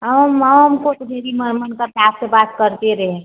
हम हमको तो दीदी मेरा मन करता है आपसे बात करते रहें